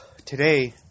Today